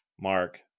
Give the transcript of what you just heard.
mark